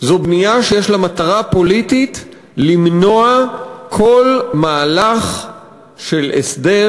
זו בנייה שיש לה מטרה פוליטית: למנוע כל מהלך של הסדר